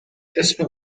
اسم